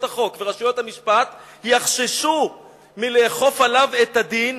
החוק ורשויות המשפט יחששו לאכוף עליו את הדין,